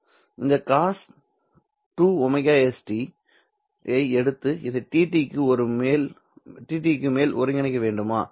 நான் இந்த Cos2 ωst ஐ எடுத்து இதை dt க்கு மேல் ஒருங்கிணைக்க வேண்டுமா